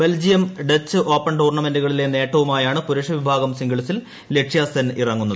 Belgium Dutch open ടൂർണമെന്റുകളിലെ നേട്ടവുമായാണ് പുരുഷവിഭാഗം സിംഗിൾസിൽ ലക്ഷ്യസെൻ ഇറങ്ങുന്നത്